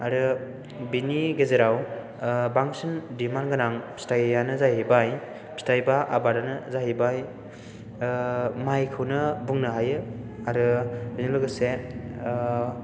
आरो बेनि गेजेराव बांसिन डिमाण्ड गोनां फिथाइआनो जाहैबाय फिथाइ एबा आबादआनो जाहैबाय माइखौनो बुंनो हायो आरो बेजों लोगोसे